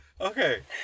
okay